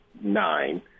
nine